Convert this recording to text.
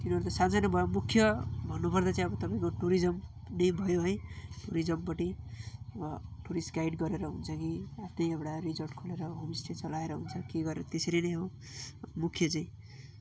तिनीहरू त सानो सानो भयो मुख्य भन्नु पर्दा चाहिँ अब तपाईँको टुरिजम नै भयो है टुरिजमपट्टि टुरिस्ट गाइड गरेर हुन्छ कि आफ्नै एउटा रिजर्ट खोलेर होमस्टे चलाएर हुन्छ के गरेर त्यसरी नै हो मुख्य चाहिँ